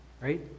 right